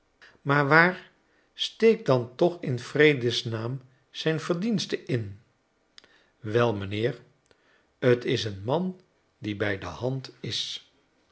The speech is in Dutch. maar waar steekt dan toch in vredesnaam zijn verdienstein wel m'nheer t is een man die bij de hand is